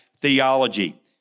theology